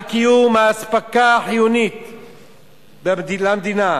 על קיום האספקה החיונית למדינה.